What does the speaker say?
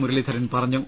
മുരളീധരൻ പറഞ്ഞു